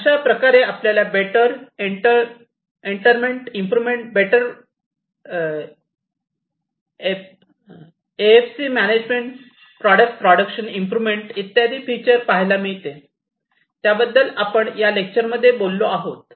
अशा प्रकारे आपल्याला better interment improvement better FSC manager product production improvement इत्यादी फीचर्स पाहायला मिळते याबद्दल आपण या लेक्चर मध्ये बोललो आहोत